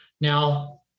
Now